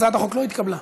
הצעת החוק לא התקבלה.